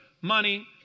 money